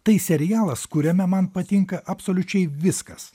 tai serialas kuriame man patinka absoliučiai viskas